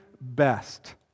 best